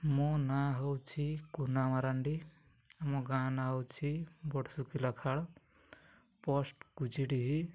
ମୋ ନାଁ ହଉଛି କୁନା ମାରାଣ୍ଡି ଆମ ଗାଁ ନାଁ ହଉଛି ବଡ଼ ସୁଖୀଲାଖାଳ ପୋଷ୍ଟ କୁଚିଡ଼ିହି